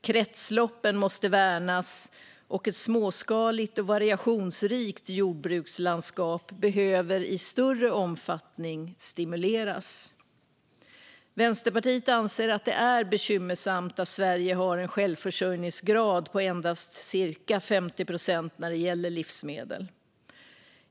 Kretsloppen måste värnas, och ett småskaligt och variationsrikt jordbrukslandskap behöver stimuleras i större omfattning. Vänsterpartiet anser att det är bekymmersamt att Sverige har en självförsörjningsgrad på endast cirka 50 procent när det gäller livsmedel.